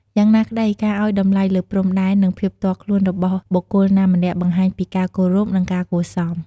យ៉ាងណាក្ដី ការឱ្យតម្លៃលើព្រំដែន និងភាពផ្ទាល់ខ្លួនរបស់បុគ្គលណាម្នាក់ បង្ហាញពីការគោរព និងការគួរសម។